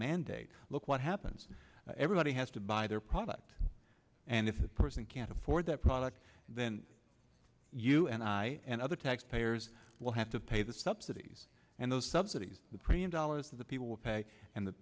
mandate look what happens everybody has to buy their product and if that person can't afford that product then you and i and other taxpayers will have to pay the subsidies and those subsidies the premium dollars of the people will pay and the